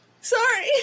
sorry